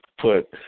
put